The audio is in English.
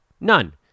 None